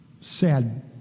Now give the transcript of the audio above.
sad